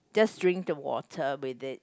just drink the water with it